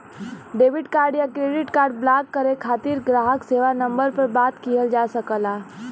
debit card या credit card block करे खातिर ग्राहक सेवा नंबर पर बात किहल जा सकला